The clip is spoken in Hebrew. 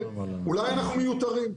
אולי אנחנו מיותרים.